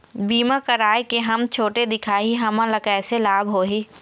बीमा कराए के हम छोटे दिखाही हमन ला कैसे लाभ होही?